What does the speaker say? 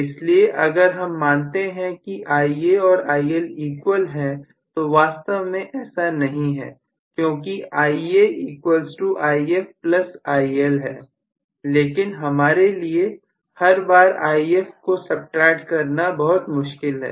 इसलिए अगर हम मानते हैं कि Ia और IL इक्वल हैं तो वास्तव में ऐसा नहीं हैं क्योंकि IaIfIL लेकिन हमारे लिए हर बार If को सबट्रैक्ट करना बहुत मुश्किल है